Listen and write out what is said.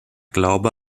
glaube